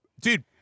dude